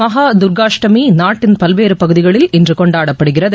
மஹா தர்காஷ்டமி நாட்டின் பல்வேறு பகுதிகளில் இன்று கொண்டாடப்படுகிறது